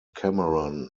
cameron